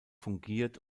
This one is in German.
fungiert